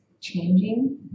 changing